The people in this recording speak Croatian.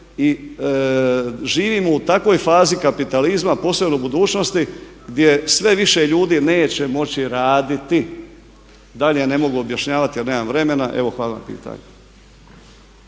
i živimo u takvoj fazi kapitalizma, posebno budućnosti gdje sve više ljudi neće moći raditi. Dalje ne mogu objašnjavati jer nema vremena. Evo hvala na pitanju.